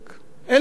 אין לי את זה.